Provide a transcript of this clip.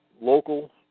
local